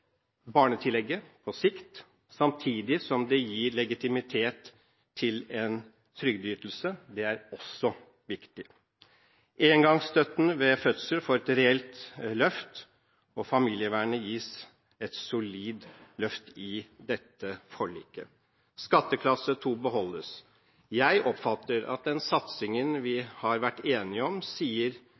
barnetillegget på sikt, samtidig som det gir legitimitet til en trygdeytelse. Det er også viktig. Engangsstøtten ved fødsel får et reelt løft, og familievernet gis et solid løft i dette forliket. Skatteklasse 2 beholdes. Jeg oppfatter det slik at den satsingen vi har vært enige om, sier